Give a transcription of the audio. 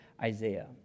Isaiah